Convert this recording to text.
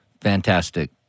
Fantastic